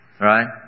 right